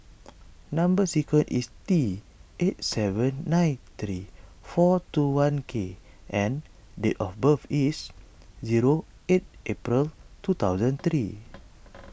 Number Sequence is T eight seven nine three four two one K and date of birth is zero eight April two thousand three